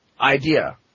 idea